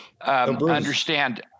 Understand